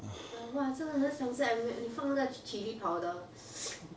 but !wah! 真的很想吃你放那个 chili powder